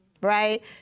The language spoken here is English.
right